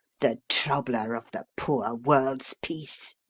the troubler of the poor world's peace!